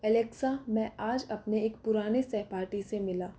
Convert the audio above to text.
Alexa मैं आज अपने एक पुराने सहपाठी से मिला